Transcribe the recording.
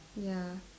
ya